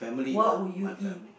what would you eat